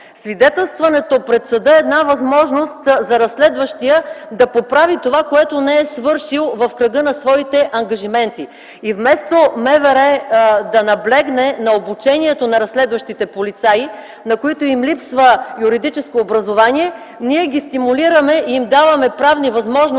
Свидетелстването пред съда е една възможност за разследващия да поправи това, което не е свършил в кръга на своите ангажименти. И вместо МВР да наблегне на обучението на разследващите полицаи, на които им липсва юридическо образование, ние ги стимулираме и им даваме правни възможности